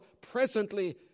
presently